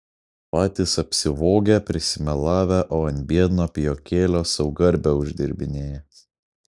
patys apsivogę prisimelavę o ant biedno pijokėlio sau garbę uždirbinėja